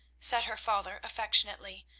said her father affectionately,